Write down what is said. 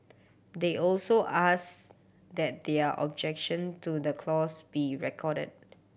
they also ask that their objection to the clause be recorded